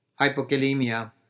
hypokalemia